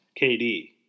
KD